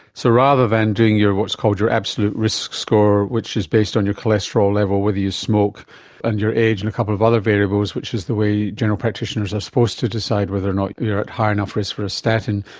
so rather than doing what is called your absolute risk score, which is based on your cholesterol level, whether you smoke and your age and a couple of other variables, which is the way general practitioners are supposed to decide whether or not you are at high enough risk for a statin,